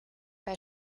bei